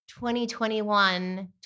2021